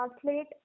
translate